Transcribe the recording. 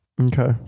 Okay